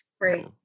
Great